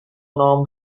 نام